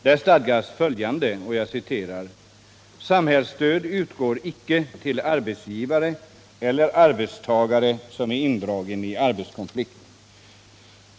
Där stadgas följande: ”Samhällsstöd utgår icke till arbetsgivare eller arbetstagare som är in dragen i arbetskonflikt.